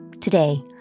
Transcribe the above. Today